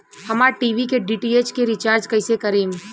हमार टी.वी के डी.टी.एच के रीचार्ज कईसे करेम?